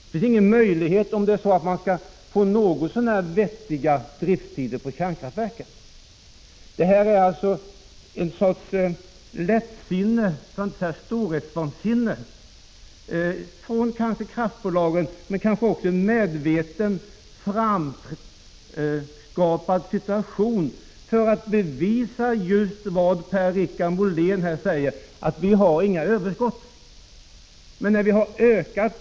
Det finns ingen möjlighet om man skall få något så när vettiga drifttider på kärnkraftverken. Det är alltså någon sorts lättsinne, för att inte säga storhetsvansinne, från kraftbolagen, med kanske också en medvetet framskapad situation för att bevisa just vad Per-Richard Molén här sade, 178 nämligen att vi inte har något överskott.